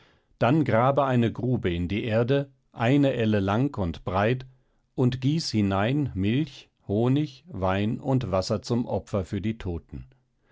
dann grabe eine grube in die erde eine elle lang und breit und gieß hinein milch honig wein und wasser zum opfer für die toten